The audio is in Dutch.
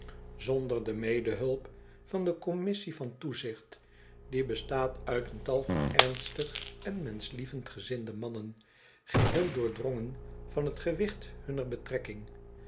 zonder de medehulp van de commissie van toezicht die bestaat uit een tal van ernstig en menschlievend gezinde mannen geheel doordrongen van het gewicht hunner betrekking